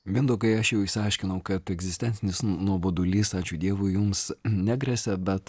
mindaugai aš jau išsiaiškinau kad egzistencinis nuobodulys ačiū dievui jums negresia bet